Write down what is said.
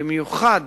במיוחד